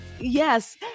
Yes